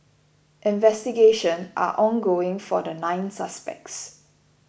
investigation are ongoing for the nine suspects